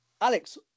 Alex